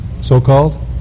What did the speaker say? So-called